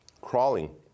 crawling